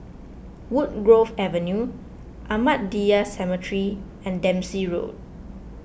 Woodgrove Avenue Ahmadiyya Cemetery and Dempsey Road